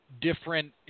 different